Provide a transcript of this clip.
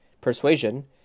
Persuasion